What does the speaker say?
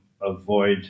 avoid